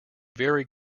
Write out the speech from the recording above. very